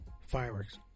Fireworks